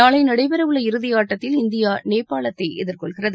நாளை நடைபெறவுள்ள இறுதி ஆட்டத்தில் இந்தியா நேபாளத்தை எதிர்கொள்கிறது